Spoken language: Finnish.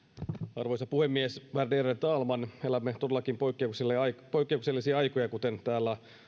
arvoisa puhemies värderade talman elämme todellakin poikkeuksellisia aikoja kuten täällä